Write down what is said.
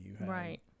Right